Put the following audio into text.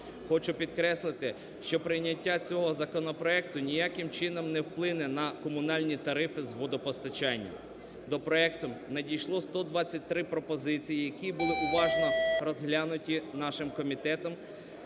Хочу підкреслити, що прийняття цього законопроекту ніяким чином не вплине на комунальні тарифи з водопостачання. До проекту надійшло 123 пропозиції, які були уважно розглянуті нашим Комітетом